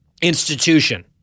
institution